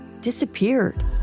disappeared